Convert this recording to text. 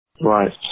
Right